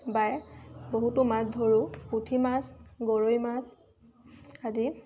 বাই বহুতো মাছ ধৰোঁ পুঠি মাছ গৰৈ মাছ আদি